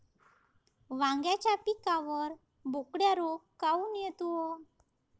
वांग्याच्या पिकावर बोकड्या रोग काऊन येतो?